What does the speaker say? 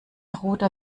ruder